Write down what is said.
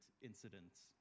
incidents